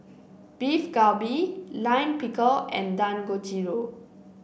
Beef Galbi Lime Pickle and Dangojiru